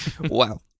Wow